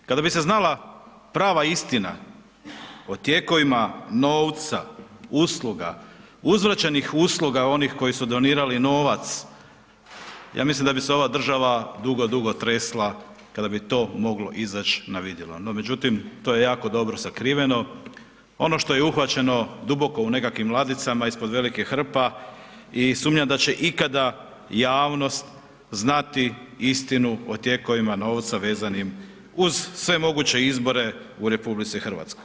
Kada bi se znala prava istina, o tijekovima novca, usluga, uzvraćenih usluga, onih koji su donirali novac, ja mislim da bi se ova država, dugo, dugo tresla, kada bi to moglo izaći na vidjelo, no međutim, to je jako dobro sakriveno, ono što je uhvaćeno duboko u nekakvim ladicama ispod velikih hrpa i sumnjam da će ikada javnost znati istinu o tijekovima novca vezanim uz sve moguće izbore u RH.